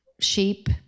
sheep